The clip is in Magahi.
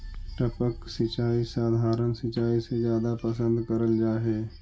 टपक सिंचाई सधारण सिंचाई से जादा पसंद करल जा हे